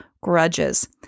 grudges